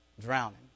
drowning